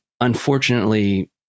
unfortunately